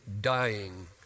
dying